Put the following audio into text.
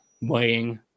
weighing